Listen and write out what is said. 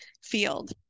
field